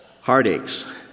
heartaches